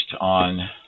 on